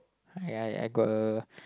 I I I got a